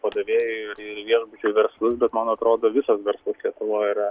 padavėjų ir ir viešbučio verslus bet man atrodo visas verslas lietuvoj yra